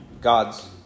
God's